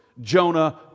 Jonah